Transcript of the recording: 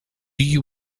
you